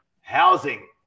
housing